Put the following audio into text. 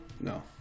No